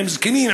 עם זקנים,